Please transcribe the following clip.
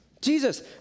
Jesus